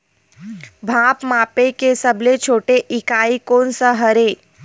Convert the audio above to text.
भार मापे के सबले छोटे इकाई कोन सा हरे?